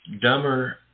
dumber